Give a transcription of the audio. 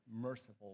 merciful